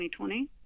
2020